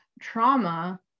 trauma